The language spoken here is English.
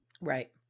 Right